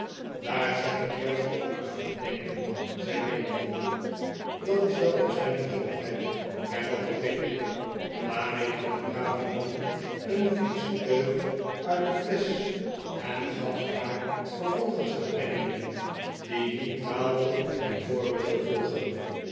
daar zat ik juist ook aan te denken zei benjamin dat is dan op zijn gezondheid hervatte pickwick daarmee nam de brave man een fiksche teug uit de flesch en gaf haar vervolgens aan benjamin die niet draalde zijn voorbeeld te volgen